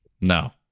No